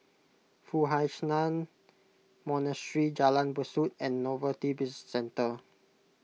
Foo Hai Ch'an Monastery Jalan Besut and Novelty Bizcentre